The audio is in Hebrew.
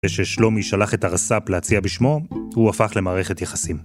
וששלומי שלח את הרס״פ להציע בשמו, הוא הפך למערכת יחסים.